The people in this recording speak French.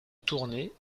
tournée